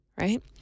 right